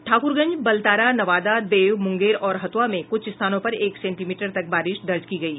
ठाकुरगंज बलतारा नवादा देव मुंगेर और हथुआ में कुछ स्थानों पर एक सेंटीमीटर तक बारिश दर्ज की गयी